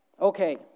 Okay